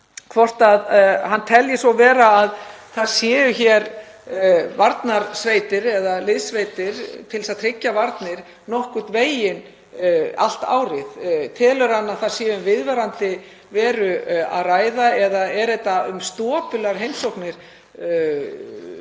hvort hann telji svo vera að það séu hér varnarsveitir eða liðssveitir til að tryggja varnir okkar nokkurn veginn allt árið. Telur hann að það sé um viðvarandi veru að ræða eða er um stopular heimsóknir